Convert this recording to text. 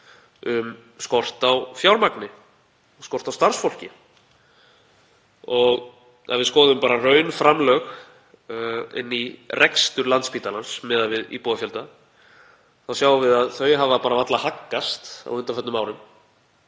um skort á fjármagni og skort á starfsfólki. Ef við skoðum bara raunframlög inn í rekstur Landspítalans miðað við íbúafjölda sjáum við að þau hafa varla haggast á undanförnum árum.